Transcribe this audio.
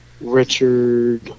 Richard